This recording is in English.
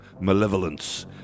Malevolence